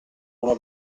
una